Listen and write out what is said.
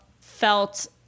felt